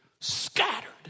Scattered